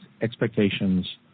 expectations